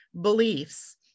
beliefs